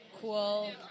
cool